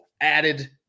added